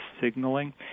signaling